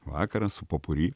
vakarą su popuri